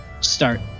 start